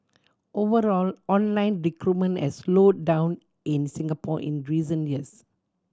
overall online recruitment has slowed down in Singapore in recent years